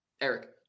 Eric